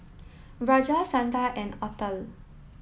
Raja Santha and Atal